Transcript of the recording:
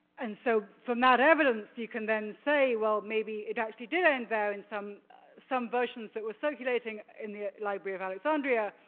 and so from that evidence you can then say, well, maybe it actually did end there in some some versions that were circulating in the library of alexandria,